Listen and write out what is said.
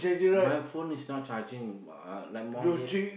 my phone is not charging uh like morning it's